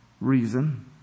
reason